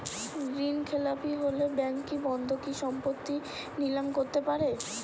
ঋণখেলাপি হলে ব্যাঙ্ক কি বন্ধকি সম্পত্তি নিলাম করতে পারে?